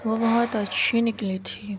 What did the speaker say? وہ بہت اچھی نکلی تھی